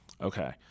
Okay